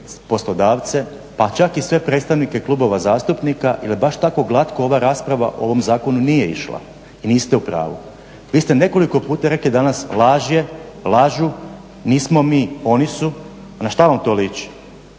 poslodavce pa čak i sve predstavnike klubova zastupnika i da baš tako glatko ova rasprava o ovom zakonu nije išla i niste u pravu. Vi ste nekoliko puta danas rekli, laž je, lažu, nismo mi, oni su. Na što vam to liči?